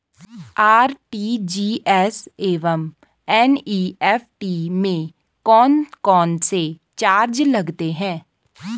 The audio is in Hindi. आर.टी.जी.एस एवं एन.ई.एफ.टी में कौन कौनसे चार्ज लगते हैं?